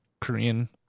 Korean